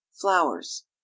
Flowers